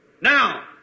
Now